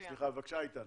בבקשה, איתן.